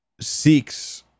seeks